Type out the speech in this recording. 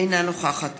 אינה נוכחת